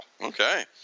Okay